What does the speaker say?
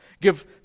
Give